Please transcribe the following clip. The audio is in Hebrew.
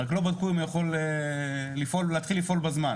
רק לא בדקו אם הוא יכול להתחיל לפעול בזמן,